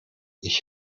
ich